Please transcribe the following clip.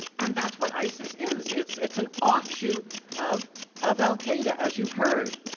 and that's what isis is. it's it's an offshoot of of al qaeda, as you've heard.